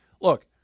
look